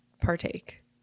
partake